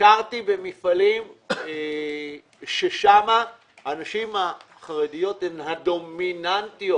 ביקרתי במפעלים שם הנשים החרדיות הן הדומיננטיות.